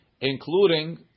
Including